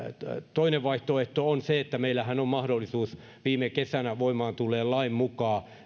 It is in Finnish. toinen vaihtoehto on se että meillähän on mahdollisuus viime kesänä voimaan tulleen lain mukaan